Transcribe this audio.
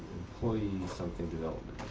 employee something development,